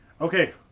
Okay